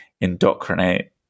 indoctrinate